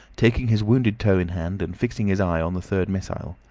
taking his wounded toe in hand and fixing his eye on the third missile.